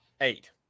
eight